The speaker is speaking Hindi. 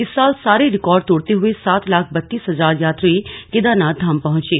इस साल सारे रिकॉर्ड तोड़ते हुए सात लाख बत्तीस हजार यात्री केदारनाथ धाम पहुंचे